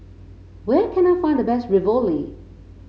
where can I find the best Ravioli